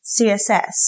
css